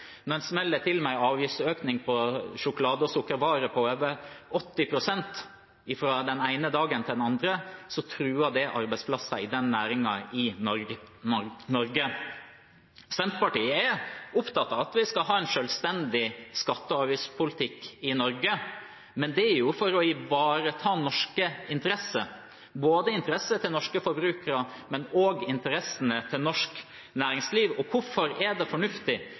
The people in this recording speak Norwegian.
Når en smeller til med en avgiftsøkning på sjokolade og sukkervarer på over 80 pst. fra den ene dagen til den andre, truer det arbeidsplasser i den næringen i Norge. Senterpartiet er opptatt av at vi skal ha en selvstendig skatte- og avgiftspolitikk i Norge, men det er for å ivareta norske interesser, både interessene til norske forbrukere og interessene til norsk næringsliv. Hvorfor er det fornuftig